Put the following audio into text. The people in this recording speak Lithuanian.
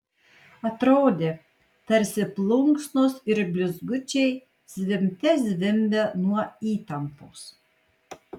atrodė tarsi plunksnos ir blizgučiai zvimbte zvimbia nuo įtampos